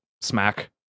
smack